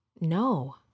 no